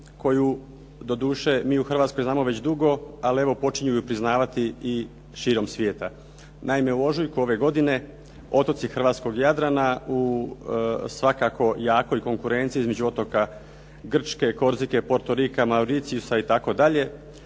koju doduše mi u Hrvatskoj znamo već dugo ali evo počinju ju priznavati i širom svijeta. Naime, u ožujku ove godine otoci hrvatskog Jadrana u svakako jakoj konkurenciji između otoka Grčke, Korzike, Portorika, Mauricijusa itd.